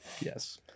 Yes